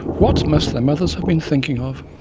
what must their mothers have been thinking of?